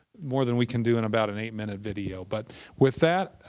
more than we can do in about an eight minute video. but with that,